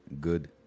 good